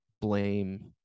blame